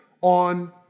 on